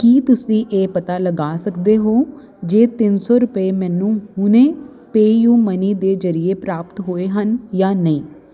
ਕੀ ਤੁਸੀਂਂ ਇਹ ਪਤਾ ਲਗਾ ਸਕਦੇ ਹੋ ਜੇ ਤਿੰਨ ਸੌ ਰੁਪਏ ਮੈਨੂੰ ਹੁਣੇ ਪੇਯੂਮਨੀ ਦੇ ਜ਼ਰੀਏ ਪ੍ਰਾਪਤ ਹੋਏ ਹਨ ਜਾਂ ਨਹੀਂ